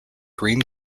green